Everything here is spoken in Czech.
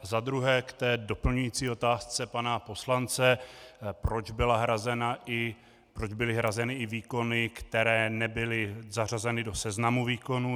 A za druhé k té doplňující otázce pana poslance, proč byly hrazeny i výkony, které nebyly zařazeny do seznamu výkonů.